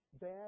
bad